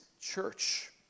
church